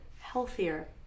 healthier